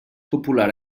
popular